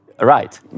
right